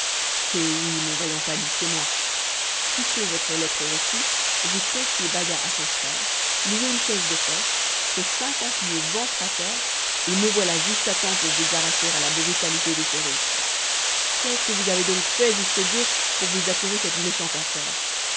eh oui mon vaillant ami c'est moi sitôt votre lettre reçue j'ai confié baïa à son frère loué une chaise de poste fait cinquante lieues ventre à terre et me voilà juste à temps pour vous arracher à la brutalité de ces rustres qu'est-ce que vous avez donc fait juste dieu pour vous attirer cette méchante affaire